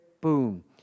boom